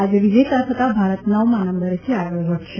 આજે વિજેતા થતાં ભારત નવમાં નંબરેથી આગળ વધશે